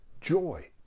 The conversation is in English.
joy